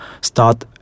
start